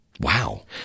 Wow